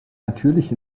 natürlich